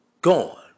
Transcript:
gone